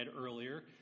earlier